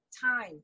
time